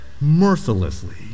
mercilessly